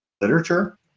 literature